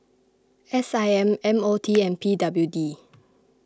S I M M O T and P W D